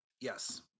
Yes